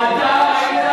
אתה היית